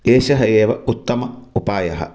एषः एव उत्तम उपायः